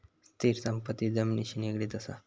स्थिर संपत्ती जमिनिशी निगडीत असा